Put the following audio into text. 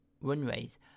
runways